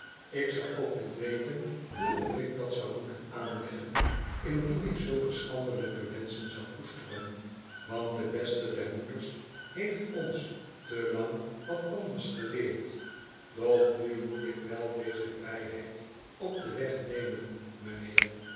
ik zou ook niet weten hoe of ik dat zou moeten aanleggen indien ik zulke schandelijke wenschen zou koesteren want de beste der moeders heeft ons te lang wat anders geleerd doch nu moet ik wel deze vrijheid op den weg nemen m'nheer